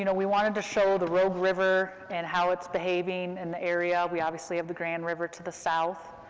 you know we wanted to show the rogue river, and how it's behaving in and the area. we obviously have the grand river to the south,